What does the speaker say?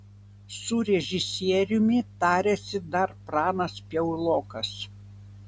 su režisieriumi tarėsi dar pranas piaulokas